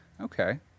Okay